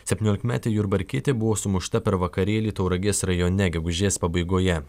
septyniolikmetė jurbarkietė buvo sumušta per vakarėlį tauragės rajone gegužės pabaigoje